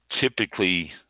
typically